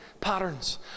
patterns